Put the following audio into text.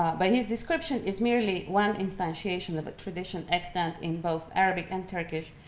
but his description is merely one instantiation of a tradition extant in both arabic and turkish,